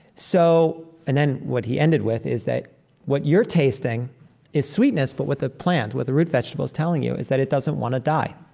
so and then what he ended with is that what you're tasting is sweetness, but what the plant what the root vegetable is telling you is that it doesn't want to die.